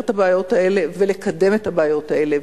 את הבעיות האלה ולקדם את הבעיות האלה.